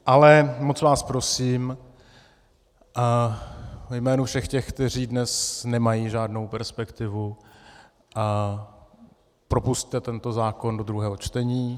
Ale moc vás prosím ve jménu všech těch, kteří dnes nemají žádnou perspektivu, propusťte tento zákon do druhého čtení.